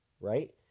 right